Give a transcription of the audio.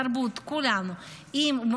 של התרבות,